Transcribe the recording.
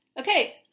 Okay